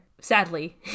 Sadly